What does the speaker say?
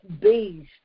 beast